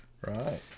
Right